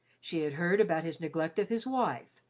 she had heard about his neglect of his wife,